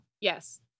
yes